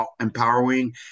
empowering